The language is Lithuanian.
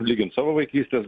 lygint savo vaikystės